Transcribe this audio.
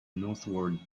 northward